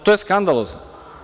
To je skandalozno.